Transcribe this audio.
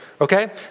okay